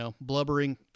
blubbering